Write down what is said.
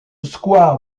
square